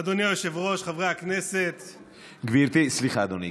אדוני היושב-ראש, חברי הכנסת, סליחה, אדוני.